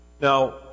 Now